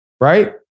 right